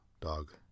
dog